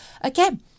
Again